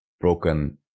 broken